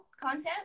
content